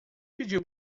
pediu